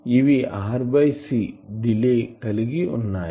ఇవి rc delay కలిగి వున్నాయి